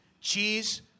Cheese